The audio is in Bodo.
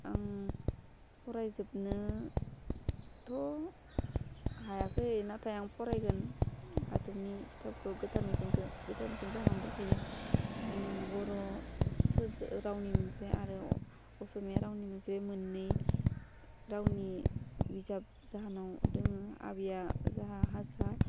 आं फरायजोबनो थ' हायाखै नाथाइ आं फरायगोन बाथौनि खिथाबखौ गोथार मैखुनखौ गोथार मैखुन जाहानावनो दंखायो बर' सोदोब रावनि मोनसे आरो असमिया रावनि मोनसे मोन्नै रावनि बिजाब जाहानाव दङो आबैया जाहा हारसा